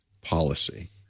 policy